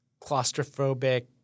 claustrophobic